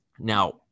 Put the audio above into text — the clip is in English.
Now